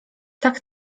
tak